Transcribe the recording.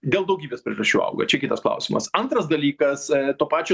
dėl daugybės priežasčių auga čia kitas klausimas antras dalykas to pačio